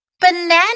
banana